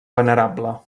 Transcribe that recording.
venerable